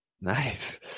Nice